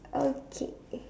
okay